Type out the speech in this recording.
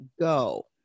go